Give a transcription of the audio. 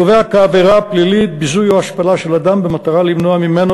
הקובע כעבירה פלילית ביזוי או השפלה של אדם במטרה למנוע ממנו